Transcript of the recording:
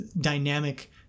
dynamic